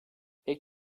pek